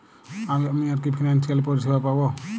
আমি আর কি কি ফিনান্সসিয়াল পরিষেবা পাব?